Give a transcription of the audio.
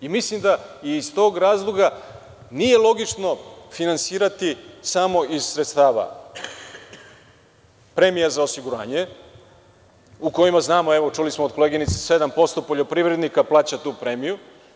Iz tog razloga nije logično finansirati samo iz sredstava premija za osiguranje u kojima znamo, čuli smo od koleginice, 7% poljoprivrednika plaća tu premiju.